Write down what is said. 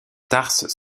tarses